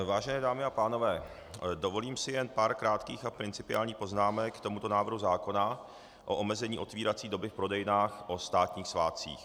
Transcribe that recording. Vážené dámy a pánové, dovolím si jen pár krátkých a principiálních poznámek k tomuto návrhu zákona o omezení otevírací doby v prodejnách o státních svátcích.